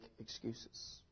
excuses